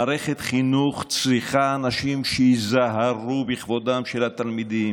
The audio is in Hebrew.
מערכת חינוך צריכה אנשים שייזהרו בכבודם של התלמידים,